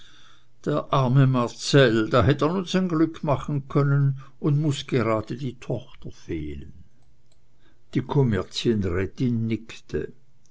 der arme marcell da hätt er nun sein glück machen können und muß gerade die tochter fehlen die kommerzienrätin nickte